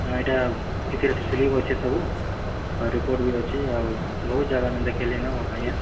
ହଁ ଇ'ଟା ଇଥିରେ ସ୍ଲିପ୍ ଅଛେ ସବୁ ଆର୍ ରିପୋର୍ଟ ବି ଅଛେ ଆଉ ବହୁତ୍ ଜାଗାନୁ ଦେଖାଲିନ ଆଜ୍ଞା